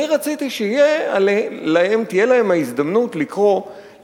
אני רציתי שתהיה להם ההזדמנות לקרוא,